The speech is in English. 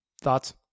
thoughts